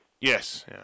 Yes